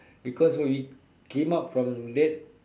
because when we came out from that